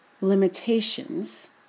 limitations